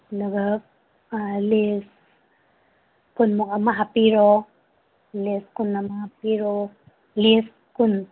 ꯑꯗꯨꯒ ꯂꯦꯁ ꯀꯨꯟꯃꯨꯛ ꯑꯃ ꯍꯥꯞꯄꯤꯔꯣ ꯂꯦꯁ ꯀꯨꯟ ꯑꯃ ꯍꯥꯞꯄꯤꯔꯣ ꯂꯦꯁ ꯀꯨꯟ